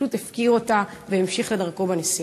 שפשוט הפקיר אותה והמשיך לדרכו בנסיעה?